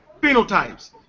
phenotypes